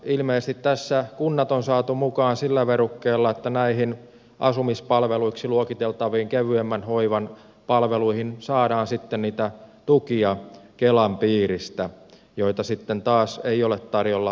ilmeisesti tässä kunnat on saatu mukaan sillä verukkeella että näihin asumispalveluiksi luokiteltaviin kevyemmän hoivan palveluihin saadaan sitten kelan piiristä niitä tukia joita sitten taas ei ole tarjolla vanhainkoteihin